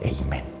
Amen